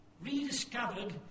rediscovered